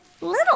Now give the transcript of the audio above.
little